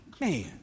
man